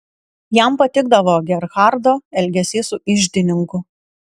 jam patikdavo gerhardo elgesys su iždininku